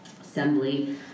assembly